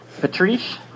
Patrice